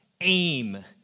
aim